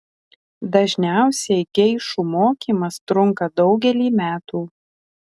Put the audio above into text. dažniausiai geišų mokymas trunka daugelį metų